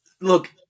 look